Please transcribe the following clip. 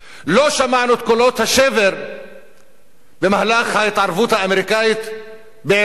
לא שמענו את קולות השבר במהלך ההתערבות האמריקנית בעירק,